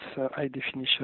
high-definition